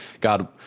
God